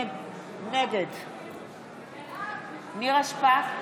נגד נירה שפק,